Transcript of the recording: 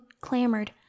clamored